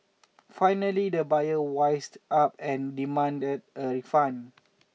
finally the buyer wised up and demanded a refund